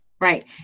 Right